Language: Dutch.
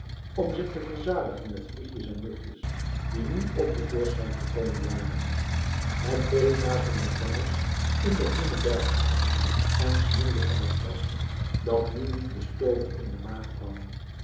om zich te verzadigen met de vliegjes en mugjes die nu ook te voorschijn gekomen waren het vee graasde met wellust in de groene bergweiden en smulde van het gras dat nu niet bestoven in de maag kwam